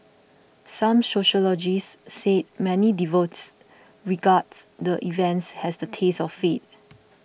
some sociologists say many devotes regards the events has a taste of faith